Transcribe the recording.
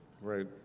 right